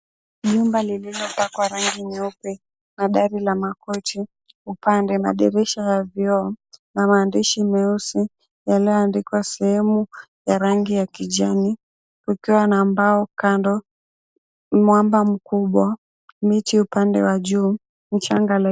Nyumba lililopakwa rangi nyeupe na dari la makuti, upande madirisha ya vioo, maandishi meusi yaliyoandikwa sehemu ya rangi ya kijani ukiwa na mbao kando, mwamba mkubwa, miti upande wa juu, mchanga